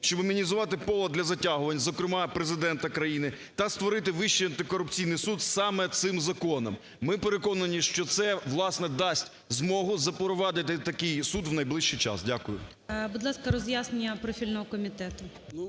щоб мінімізувати повод для затягувань, зокрема, Президента країни та створити Вищий антикорупційний суд саме цим законом. Ми переконані, що це, власне, дасть змогу запровадити такий суд в найближчий час. Дякую. ГОЛОВУЮЧИЙ. Будь ласка, роз'яснення профільного комітету.